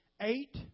Eight